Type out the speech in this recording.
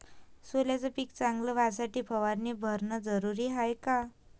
सोल्याचं पिक चांगलं व्हासाठी फवारणी भरनं जरुरी हाये का?